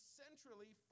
centrally